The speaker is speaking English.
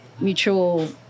mutual